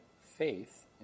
faith